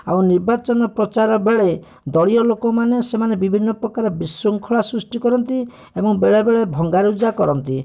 ଆଉ ନିର୍ବାଚନ ପ୍ରଚାର ବେଳେ ଦଳୀୟ ଲୋକମାନେ ସେମାନେ ବିଭିନ୍ନ ପ୍ରକାର ବିଶୃଙ୍ଖଳା ସୃଷ୍ଟି କରନ୍ତି ଏବଂ ବେଳେବେଳେ ଭଙ୍ଗାରୁଜା କରନ୍ତି